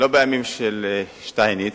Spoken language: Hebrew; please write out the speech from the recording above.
לא בימים של שטייניץ,